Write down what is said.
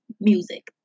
music